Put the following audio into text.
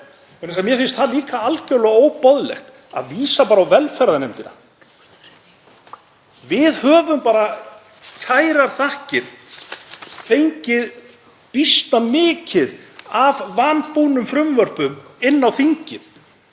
mér finnst það líka algerlega óboðlegt að vísa bara á velferðarnefnd. Við höfum, kærar þakkir, fengið býsna mikið af vanbúnum frumvörpum inn á þingið